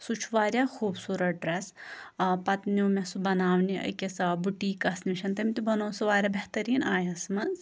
سُہ چھُ واریاہ خوٗبصوٗرت ڈرٛیٚس ٲں پَتہٕ نیٛو مےٚ سُہ بَناونہِ أکِس ٲں بُٹیٖکَس نِش تٔمۍ تہِ بَنوو سُہ واریاہ بہتریٖن آیَس منٛز